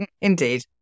Indeed